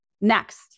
Next